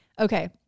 Okay